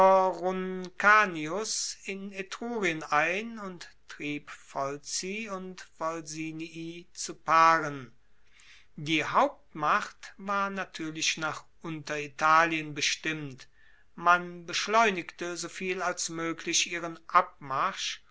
in etrurien ein und trieb volci und volsinii zu paaren die hauptmacht war natuerlich nach unteritalien bestimmt man beschleunigte so viel als moeglich ihren abmarsch